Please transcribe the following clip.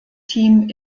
team